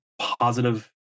positive